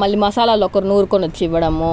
మళ్ళీ మసాలాలు ఒకరు నూరుకొచ్చి ఇవ్వడము